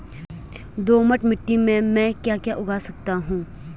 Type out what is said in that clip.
दोमट मिट्टी में म ैं क्या क्या उगा सकता हूँ?